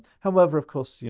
however, of course,